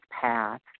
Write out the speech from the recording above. path